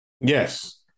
Yes